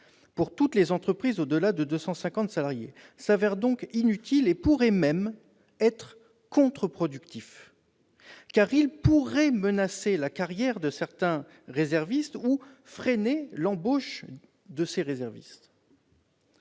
pour toutes les entreprises au-delà de 250 salariés s'avère donc inutile et pourrait même être contre-productif, car il pourrait menacer la carrière de certains réservistes ou freiner leur embauche. De plus,